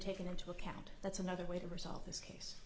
taken into account that's another way to resolve this case